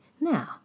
Now